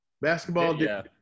basketball